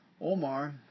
Omar